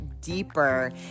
deeper